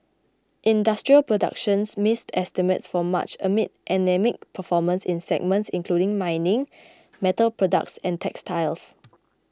industrial productions missed estimates for March amid anaemic performance in segments including mining metal products and textiles